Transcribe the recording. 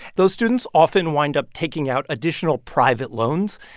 those students often wind up taking out additional private loans.